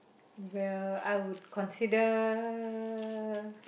well I would consider